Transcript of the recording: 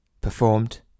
performed